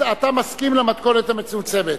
אתה מסכים למתכונת המצומצמת.